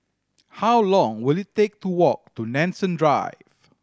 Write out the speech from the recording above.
how long will it take to walk to Nanson Drive